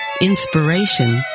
inspiration